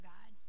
God